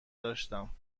داشتم